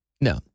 No